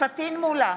פטין מולא,